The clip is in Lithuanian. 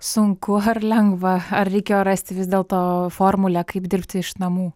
sunku ar lengva ar reikėjo rasti vis dėlto formulę kaip dirbti iš namų